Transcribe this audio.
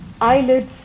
Eyelids